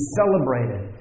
celebrated